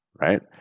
right